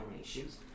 issues